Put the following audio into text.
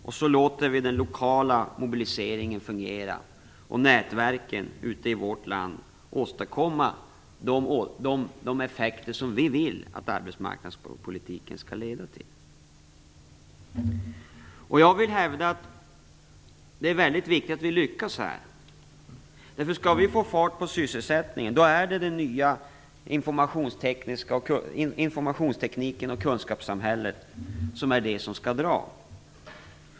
Sedan låter vi den lokala mobiliseringen fungera och nätverken i vårt land åstadkomma de effekter vi vill att arbetsmarknadspolitiken skall leda till. Jag vill hävda att det är väldigt viktigt att vi lyckas med det. Skall vi få fart på sysselsättningen är det den nya informationstekniken och kunskapssamhället som skall dra.